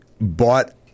bought